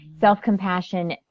Self-compassion